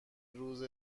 روز